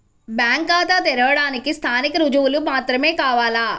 Bank ఖాతా తెరవడానికి స్థానిక రుజువులు మాత్రమే కావాలా?